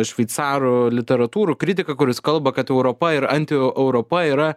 šveicarų literatūrų kritiką kuris kalba kad europa ir antieuropa yra